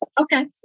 Okay